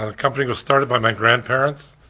ah company was started by my grandparents,